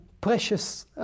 precious